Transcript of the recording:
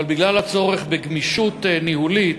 אבל בגלל הצורך בגמישות ניהולית,